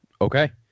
okay